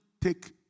take